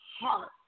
heart